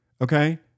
Okay